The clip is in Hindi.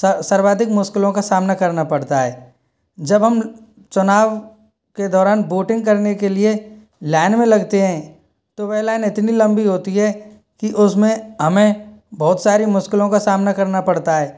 सर्व सर्वाधिक मुश्किलों का सामना करना पड़ता है जब हम चुनाव के दौरान वोटिंग करने के लिए लाइन में लगते हैं तो वो लाइन इतनी लम्बी होती है की उसमें हमें बहुत सारी मुश्किलों का सामना करना पड़ता है